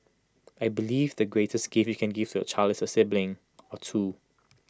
I believe the greatest gift you can give to your child is A sibling or two